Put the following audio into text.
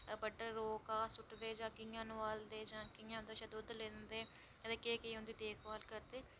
बड्डरै रोज लोक घा सु'ट्टदे जां कियां नुहालदे जां कियां उँदे शा दुद्ध लैंदे अदे केह् केह् उंदी देख भाल करदे